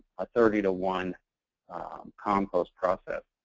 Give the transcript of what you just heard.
a thirty to one compost process.